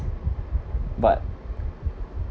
but